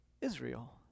Israel